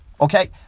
Okay